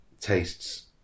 tastes